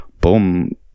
boom